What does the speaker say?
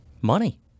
money